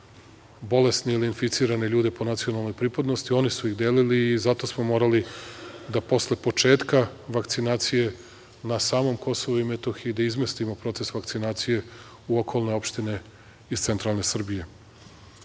bolesne ili inficirane ljude po nacionalnoj pripadnosti. Oni su ih delili i zato smo morali posle početka vakcinacije na samom Kosovu i Metohiji da izmestimo proces vakcinacije u okolne opštine iz centralne